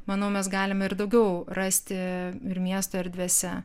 manau mes galime ir daugiau rasti ir miesto erdvėse